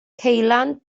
ceulan